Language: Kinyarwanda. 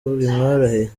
bimworoheye